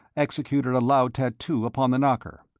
executed a loud tattoo upon the knocker.